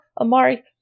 amari